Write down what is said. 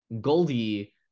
Goldie